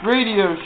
Radio